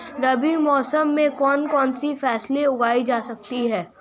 रबी मौसम में कौन कौनसी फसल उगाई जा सकती है?